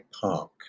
Park